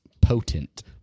potent